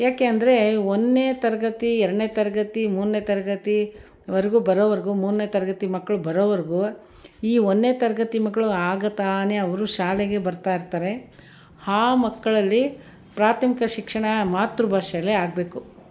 ಯಾಕೆಂದರೆ ಒಂದನೇ ತರಗತಿ ಎರಡನೇ ತರಗತಿ ಮೂರನೇ ತರಗತಿವರೆಗೂ ಬರೋವರೆಗೂ ಮೂರನೇ ತರಗತಿ ಮಕ್ಕಳು ಬರೋವರೆಗೂ ಈ ಒಂದ್ನೇ ತರಗತಿ ಮಕ್ಕಳು ಆಗ ತಾನೆ ಅವರು ಶಾಲೆಗೆ ಬರ್ತಾಯಿರ್ತಾರೆ ಹಾಂ ಮಕ್ಕಳಲ್ಲಿ ಪ್ರಾಥಮಿಕ ಶಿಕ್ಷಣ ಮಾತೃ ಭಾಷೆಲೆ ಆಗಬೇಕು